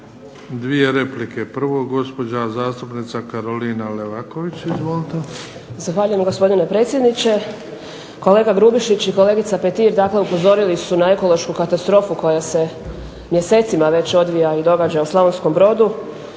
dvije replike. Prvo gospođa zastupnica Karolina Leaković. Izvolite. **Leaković, Karolina (SDP)** Zahvaljujem gospodine predsjedniče. Kolega Grubišić i kolegica Petir dakle upozorili su na ekološku katastrofu kuja se mjeseci već odvija i događa u Slavonskom Brodu,